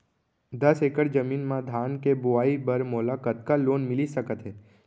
दस एकड़ जमीन मा धान के बुआई बर मोला कतका लोन मिलिस सकत हे?